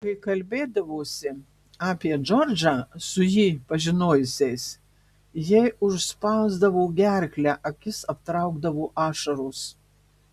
kai kalbėdavosi apie džordžą su jį pažinojusiais jai užspausdavo gerklę akis aptraukdavo ašaros